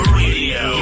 radio